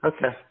Okay